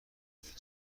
بگویید